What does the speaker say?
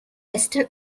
western